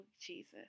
Jesus